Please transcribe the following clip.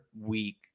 week